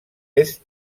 est